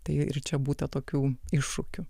tai ir čia būta tokių iššūkių